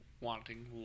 wanting